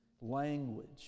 language